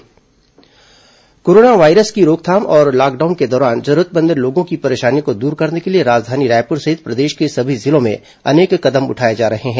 corona जिला corona virus की रोकथाम और लॉकडाउन के दौरान जरूरतमंद लोगों की परेशानियों को दूर करने के लिए राजधानी रायपुर सहित प्रदेश के सभी जिलों में अनेक कदम उठाए जा रहे हैं